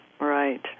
Right